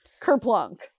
kerplunk